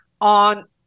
on